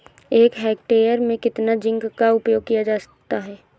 एक हेक्टेयर में कितना जिंक का उपयोग किया जाता है?